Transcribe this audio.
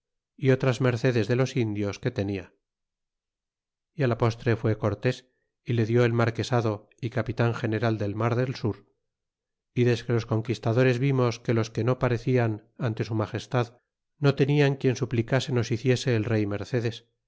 y otras mercedes de los indios que tenia y la postre fué cortés y le dió el marquesado y capitan general del mar del sur y desque los conquistadores vimos que los que no pare cian ante su magestad no tenían quien suplicase nos hiciese el rey mercedes